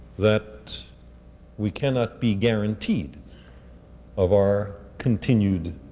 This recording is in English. that we cannot be guaranteed of our continued,